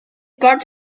part